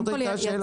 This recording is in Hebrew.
זאת הייתה השאלה.